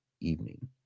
evening